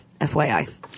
FYI